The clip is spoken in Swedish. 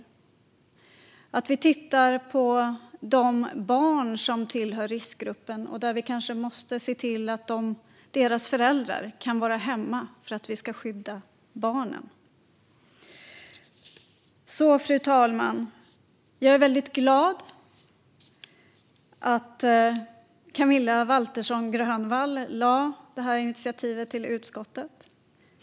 Vi behöver titta på de barn som tillhör riskgruppen; vi kanske måste se till att deras föräldrar kan vara hemma för att vi ska kunna skydda barnen. Fru talman! Jag är väldigt glad att Camilla Waltersson Grönvall tog det här initiativet i utskottet.